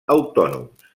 autònoms